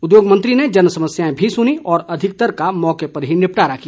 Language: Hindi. उद्योग मंत्री ने जनसमस्याएं भी सुनीं और अधिकतर का मौके पर ही निपटारा किया